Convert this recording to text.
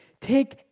Take